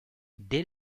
dès